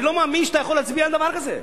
אני לא מאמין שאתה יכול להצביע על דבר כזה.